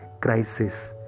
crisis